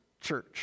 Church